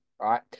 right